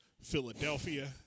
Philadelphia